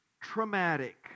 traumatic